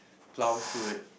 plough through it